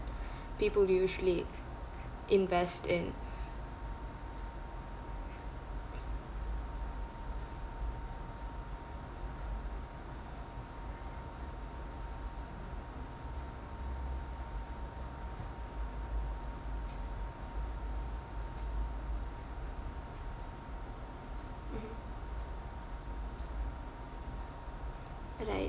people usually invest in mmhmm ah right